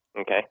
Okay